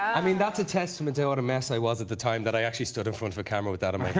i mean, that's a testament. i oughta mess. i was at the time that i actually stood in front of a camera with that this